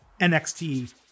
NXT